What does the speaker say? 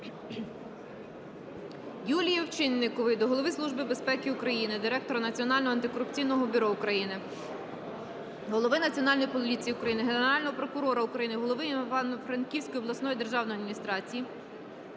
Юлії Овчинникової до Голови Служби безпеки України, Директора Національного антикорупційного бюро України, Голови Національної поліції України, Генерального прокурора України, голови Івано-Франківської обласної державної адміністрації